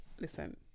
listen